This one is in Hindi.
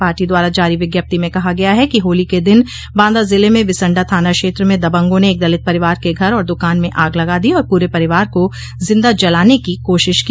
पार्टी द्वारा जारी विज्ञप्ति में कहा गया है कि होली के दिन बांदा जिले में बिसंडा थाना क्षेत्र में दबंगों ने एक दलित परिवार के घर आर दुकान पर आग लगा दी और पूरे परिवार को जिंदा जलाने की कोशिश की